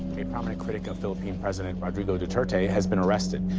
a prominent critic of philippine president rodrigo duterte has been arrested.